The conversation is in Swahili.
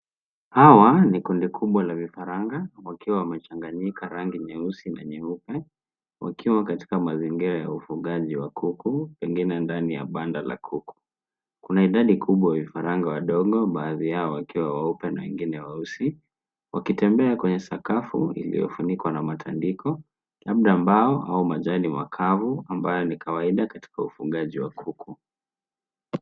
Hawa ni kundi kubwa la vifaranga, wakiwa wamechanganyika rangi nyeupe na nyeusi, wakiwa katika mazingira ya ufugaji wa kuku, pengine ndani ya banda la kuku. Kuna idadi kubwa ya vifaranga wadogo, baadhi yao wakiwa weupe na wengine weusi, wakitembea kwenye sakafu iliyofunikwa na matandiko, labda mbao au majani makavu, ambayo ni kwaida katika ufugaji wa kuku.